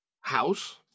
house